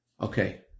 okay